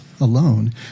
alone